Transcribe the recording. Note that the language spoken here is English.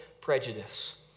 prejudice